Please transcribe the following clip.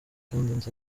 kandi